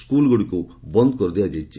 ସ୍କୁଲଗୁଡ଼ିକୁ ବନ୍ଦ୍ କରିଦିଆଯାଇଛି